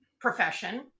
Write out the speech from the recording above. profession